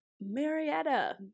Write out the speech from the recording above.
Marietta